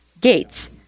gates